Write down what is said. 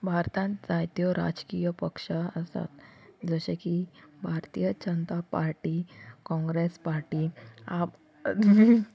भारतान जायत्यो राज्यकीय पक्षां आसात जशें की भारतीय जनता पार्टी काँग्रेस पार्टी आप